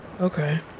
Okay